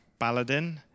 Baladin